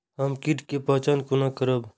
हम कीट के पहचान कोना करब?